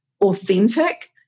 authentic